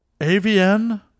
AVN